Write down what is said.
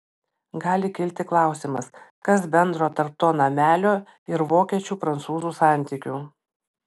gali kilti klausimas kas bendro tarp to namelio ir vokiečių prancūzų santykių